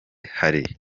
hari